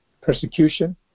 persecution